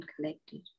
collected